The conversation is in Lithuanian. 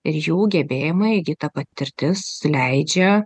ir jų gebėjimai įgyta patirtis leidžia